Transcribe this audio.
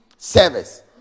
service